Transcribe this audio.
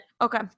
Okay